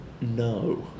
No